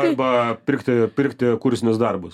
arba pirkti pirkti kursinius darbus